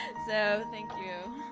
and so, thank you.